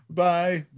bye